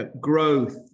growth